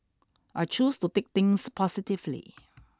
I choose to take things positively